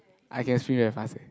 I can swim very fast eh